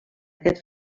aquest